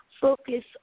focus